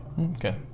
Okay